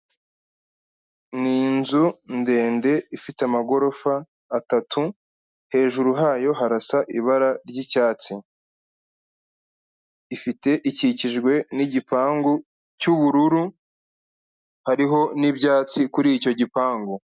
Ni inzu ndende ifite amagorofa atatu, hejuru hayo harasa ibara ry'icyatsi. Ikikijwe n'igipangu cy'ubururu hariho n'ibyatsi kuri icyo gipangu.